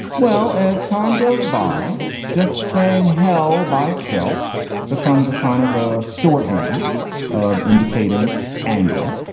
well as time goes by just saying hell by itself becomes a kind of a shorthand of indicating anger.